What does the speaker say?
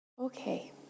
Okay